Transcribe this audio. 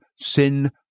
sin